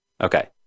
okay